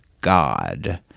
god